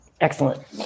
Excellent